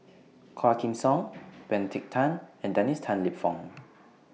Quah Kim Song Benedict Tan and Dennis Tan Lip Fong